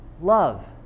love